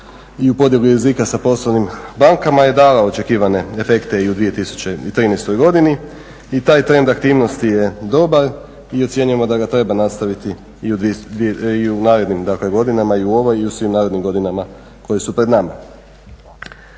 ne razumije./… rizika sa poslovnim bankama je dala očekivane efekte i u 2013. godini. I taj trend aktivnosti je dobar i ocjenjujemo da ga treba nastaviti i u narednim dakle godinama i u ovoj i u svim narednim godinama koje su pred nama.